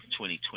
2020